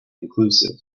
inclusive